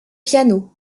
pianos